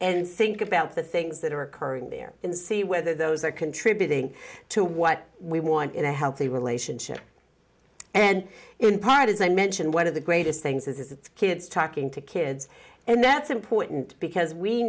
and think about the things that are occurring there and see whether those are contributing to what we want in a healthy relationship and in part as i mentioned one of the greatest things is the kids talking to kids and that's important because we